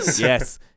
Yes